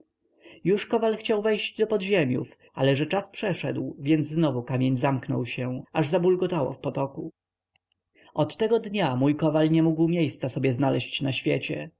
już kowal chciał wejść do podziemiów ale że czas przeszedł więc znowu kamień zamknął się aż zabulgotało w potoku od tego dnia mój kowal nie mógł sobie miejsca znaleść na świecie